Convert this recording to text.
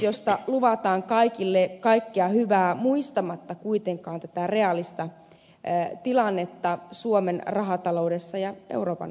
oppositiosta luvataan kaikille kaikkea hyvää muistamatta kuitenkaan tätä reaalista tilannetta suomen rahataloudessa ja euroopan rahataloudessa